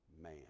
man